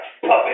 Puppet